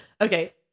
Okay